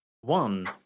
One